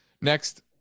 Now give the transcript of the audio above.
next